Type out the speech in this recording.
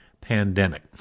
pandemic